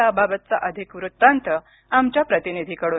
याबाबतचा अधिक वृत्तांत आमच्या प्रतिनिधीकडून